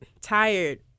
tired